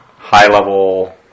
high-level